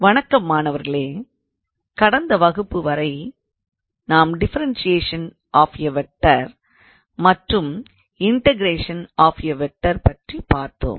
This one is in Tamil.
வணக்கம் மாணவர்களே கடந்த வகுப்பு வரை நாம் டிஃபரன்சியேஷன் ஆஃப் எ வெக்டார் மற்றும் இன்டகரேஷன் ஆஃப் எ வெக்டார் பற்றி பார்த்தோம்